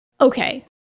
okay